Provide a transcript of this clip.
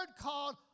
called